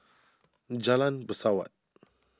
Jalan Pesawat